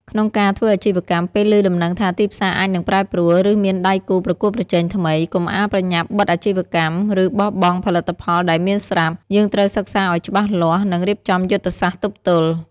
ក្នុងការធ្វើអាជីវកម្ម ពេលឮដំណឹងថាទីផ្សារអាចនឹងប្រែប្រួល ឬមានដៃគូប្រកួតប្រជែងថ្មី កុំអាលប្រញាប់បិទអាជីវកម្ម ឬបោះបង់ផលិតផលដែលមានស្រាប់ យើងត្រូវសិក្សាឲ្យច្បាស់លាស់ និងរៀបចំយុទ្ធសាស្ត្រទប់ទល់។